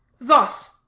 Thus